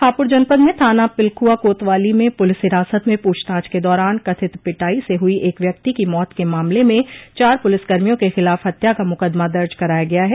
हापुड़ जनपद में थाना पिलखुआ कोतवाली में पुलिस हिरासत में पूछताछ के दौरान कथित पिटाई से हुई एक व्यक्ति की मौत के मामले में चार पुलिसकर्मियों के खिलाफ हत्या का मुकदमा दर्ज कराया गया है